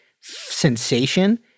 sensation